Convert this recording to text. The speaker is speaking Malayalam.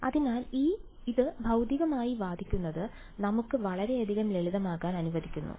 അതിനാൽ ഇത് ഭൌതികമായി വാദിക്കുന്നത് നമുക്ക് വളരെയധികം ലളിതമാക്കാൻ അനുവദിക്കുന്നു